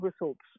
results